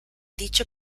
dicho